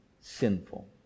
sinful